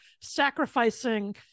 sacrificing